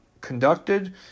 conducted